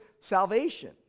salvation